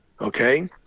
Okay